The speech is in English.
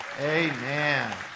Amen